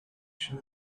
show